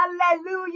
Hallelujah